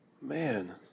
man